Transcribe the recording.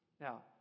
Now